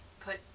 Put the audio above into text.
put